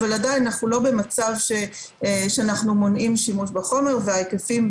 אבל אנחנו עדיין לא במצב שאנחנו מונעים שימוש בחומר וההיקפים,